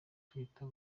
twitter